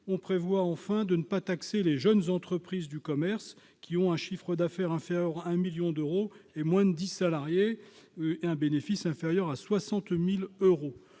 prévoyons de ne pas taxer les jeunes entreprises du commerce qui ont un chiffre d'affaires inférieur à 1 million d'euros, moins de dix salariés et un bénéfice inférieur à 60 000 euros.